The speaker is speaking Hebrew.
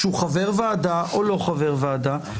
שהוא חבר ועדה או לא חבר ועדה,